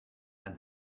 and